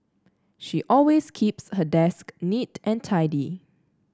she always keeps her desk neat and tidy